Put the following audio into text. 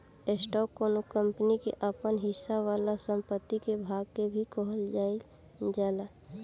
stock कौनो company के आपन हिस्सा वाला संपत्ति के भाग के भी कहल जाइल जाला